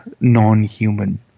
non-human